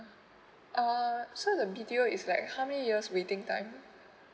uh so the detail is like how many years waiting time